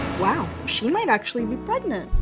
wow, she might actually be pregnant.